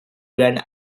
behind